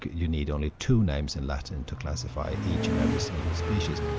you need only two names in latin to classify each and every single species.